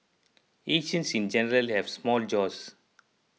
Asians in general have small jaws